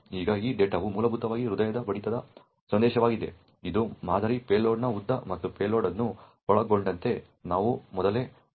ಈಗ ಈ ಡೇಟಾವು ಮೂಲಭೂತವಾಗಿ ಹೃದಯ ಬಡಿತದ ಸಂದೇಶವಾಗಿದೆ ಇದು ಮಾದರಿ ಪೇಲೋಡ್ನ ಉದ್ದ ಮತ್ತು ಪೇಲೋಡ್ ಅನ್ನು ಒಳಗೊಂಡಂತೆ ನಾವು ಮೊದಲೇ ಚರ್ಚಿಸಿದ್ದೇವೆ